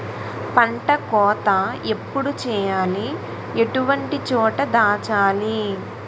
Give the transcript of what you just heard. పంట కోత ఎప్పుడు చేయాలి? ఎటువంటి చోట దాచాలి?